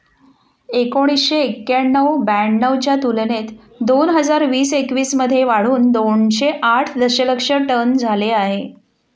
एकोणीसशे एक्क्याण्णव ब्याण्णव च्या तुलनेत दोन हजार वीस एकवीस मध्ये वाढून दोनशे आठ दशलक्ष टन झाले आहे